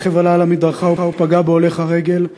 הרכב עלה על המדרכה ופגע בהולך הרגל.